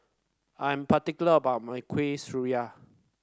I'm particular about my Kueh Syara